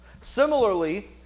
Similarly